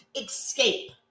escape